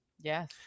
yes